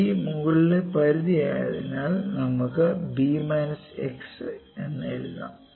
b മുകളിലെ പരിധി ആയതിനാൽ നമുക്ക് b മൈനസ് x എന്ന് എഴുതാം